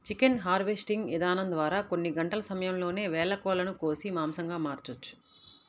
chicken harvesting ఇదానం ద్వారా కొన్ని గంటల సమయంలోనే వేల కోళ్ళను కోసి మాంసంగా మార్చొచ్చు